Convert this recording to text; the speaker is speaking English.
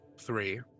three